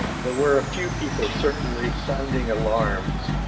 there were a few people certainly sounding alarms